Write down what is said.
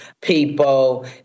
people